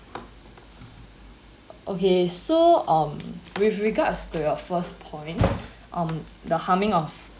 okay so um with regards to your first point um the harming of